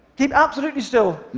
keep absolutely still.